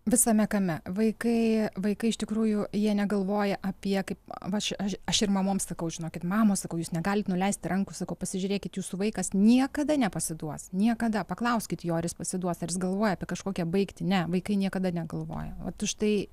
visame kame vaikai vaikai iš tikrųjų jie negalvoja apie kaip aš aš aš ir mamoms sakau žinokit mamos sakau jūs negalit nuleisti rankų sakau pasižiūrėkit jūsų vaikas niekada nepasiduos niekada paklauskit jo ar jis pasiduos ar jis galvoja apie kažkokią baigti ne vaikai niekada negalvoja vat už tai